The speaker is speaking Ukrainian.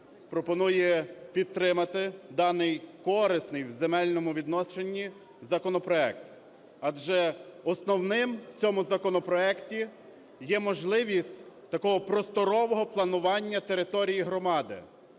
пропонує підтримати даний корисний в земельному відношенні законопроект. Адже основним в цьому законопроекті є можливість такого просторового планування територій громади.